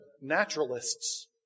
naturalists